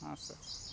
Han sir